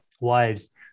wives